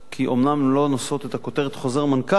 כי אומנם הן לא נושאות את הכותרת "חוזר מנכ"ל",